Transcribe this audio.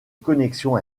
connexion